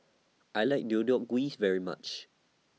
I like Deodeok Gui very much